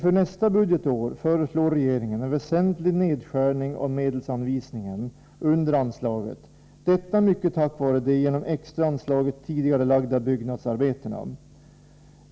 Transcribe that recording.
För nästa budgetår föreslår regeringen en väsentlig nedskärning av medelsanvisningen under anslaget, till stor del på grund av de genom det extra anslaget tidigarelagda byggnadsarbetena.